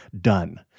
done